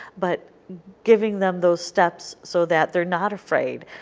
but giving them those steps so that they are not afraid.